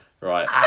Right